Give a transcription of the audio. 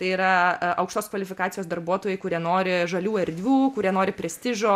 tai yra aukštos kvalifikacijos darbuotojai kurie nori žalių erdvių kurie nori prestižo